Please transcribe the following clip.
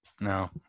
No